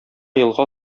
елга